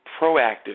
proactive